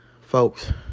Folks